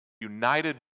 united